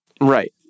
Right